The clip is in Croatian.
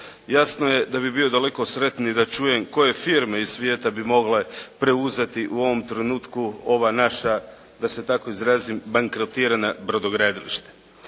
Jasno je da bi bio daleko sretniji da čujem koje firme iz svijeta bi mogle preuzeti u ovom trenutku ova naša da se tako izrazim bankrotirana brodogradilišta.